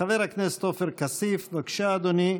חבר הכנסת עופר כסיף, בבקשה, אדוני.